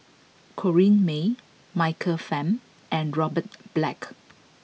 Corrinne May Michael Fam and Robert Black